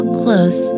close